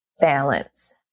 balance